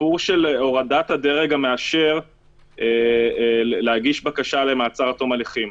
הסיפור של הורדת הדרג המאשר להגיש בקשה למעצר עד תום ההליכים.